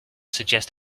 suggest